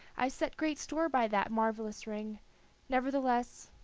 i set great store by that marvelous ring nevertheless,